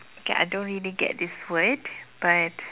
okay I don't really get this word but